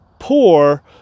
poor